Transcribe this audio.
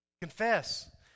Confess